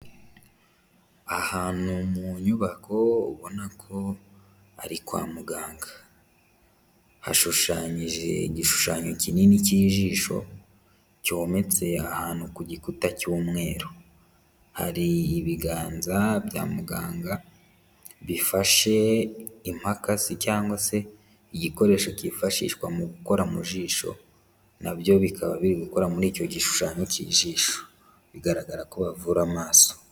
Ahantu mu nyubako ubona ko ari kwa muganga. Hashushanyije igishushanyo kinini cy'ijisho cyometse ahantu ku gikuta cy'umweru. Hari ibiganza bya muganga bifashe imakasi cyangwa se igikoresho kifashishwa mu gukora mu jisho, nabyo bikaba biri gukora muri icyo gishushanyo k'ijisho. Bigaragara ko bavura amaso.